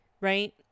right